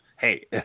hey